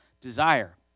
Desire